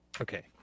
Okay